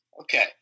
Okay